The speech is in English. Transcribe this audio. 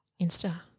Insta